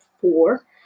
four